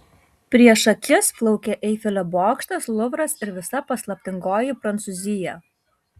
prieš akis plaukė eifelio bokštas luvras ir visa paslaptingoji prancūzija